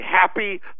happy